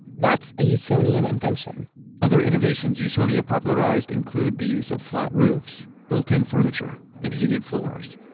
that's a usonian invention other innovations usonia popularized, include the use of flat roofs, built-in furniture, and heated floors.